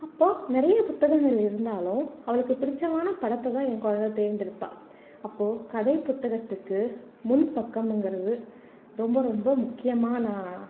அப்போ நிறைய புத்தகங்கள் இருந்தாலும் அவளுக்கு பிடிச்சமான படத்தை தான் என் குழந்த தேர்ந்தெடுப்பாள் அப்போது கதை புத்தகத்துக்கு முன் பக்கமுங்கிறது ரொம்ப ரொம்ப முக்கியமாக நான்